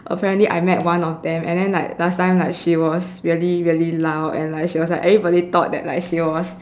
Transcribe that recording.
apparently I met one of them and then like last time like she was really really loud and like she was like everybody thought that like she was